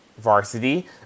varsity